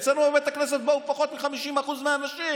אצלנו בבית הכנסת באו פחות מ-50% מהאנשים.